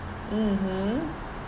mmhmm